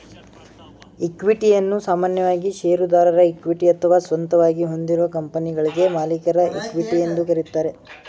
ಇಕ್ವಿಟಿಯನ್ನ ಸಾಮಾನ್ಯವಾಗಿ ಶೇರುದಾರರ ಇಕ್ವಿಟಿ ಅಥವಾ ಸ್ವಂತವಾಗಿ ಹೊಂದಿರುವ ಕಂಪನಿಗಳ್ಗೆ ಮಾಲೀಕರ ಇಕ್ವಿಟಿ ಎಂದು ಕರೆಯುತ್ತಾರೆ